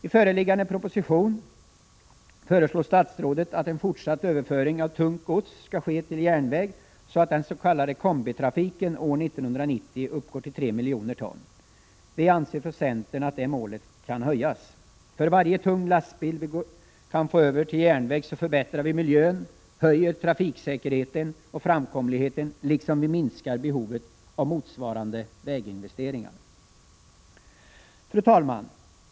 I föreliggande proposition föreslår statsrådet att en fortsatt överföring av tungt gods skall ske till järnväg, så att den s.k. kombitrafiken år 1990 uppgår till 3 miljoner ton. Vi anser från centern att det målet kan höjas. För varje tung lastbil vi kan få över till järnväg förbättrar vi miljön och ökar trafiksäkerheten och framkomligheten, liksom vi minskar behovet av motsvarande väginvesteringar. Fru talman!